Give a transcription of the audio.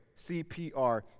CPR